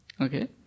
Okay